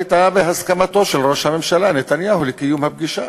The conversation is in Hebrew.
הייתה בהסכמתו של ראש הממשלה נתניהו לקיום הפגישה.